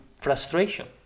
frustration